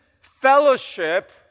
fellowship